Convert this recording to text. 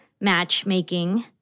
matchmaking